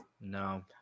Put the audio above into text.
No